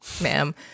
ma'am